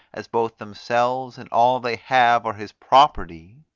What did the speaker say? as both themselves and all they have are his property,